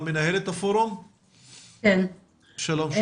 שלום, שיר.